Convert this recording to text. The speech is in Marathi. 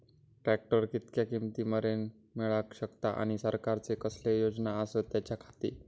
ट्रॅक्टर कितक्या किमती मरेन मेळाक शकता आनी सरकारचे कसले योजना आसत त्याच्याखाती?